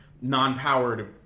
non-powered